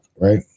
right